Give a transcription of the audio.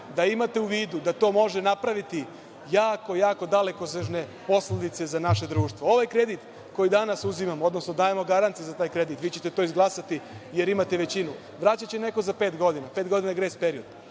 da imate u vidu da to može napraviti jako, jako dalekosežne posledice za naše društvo. Ovaj kredit koji danas uzimamo, odnosno dajemo garancije za taj kredit, vi ćete to izglasati, jer imate većinu, vraćaće neko za pet godina, pet godina je grejs period,